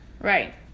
right